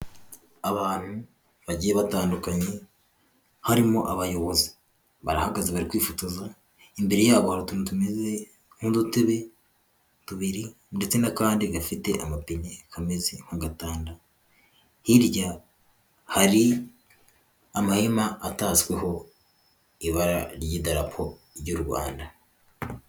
Abantu bagiye batandukanye harimo abayobozi, barahagaze bari kwifotoza, imbere yabo hari utuntu tumeze nk'udutebe tubiri ndetse n'akandi gafite amapine kameze nk'agatanda. Hirya hari amahema atazwiho ibara ry'idarapo ry'u Rwanda.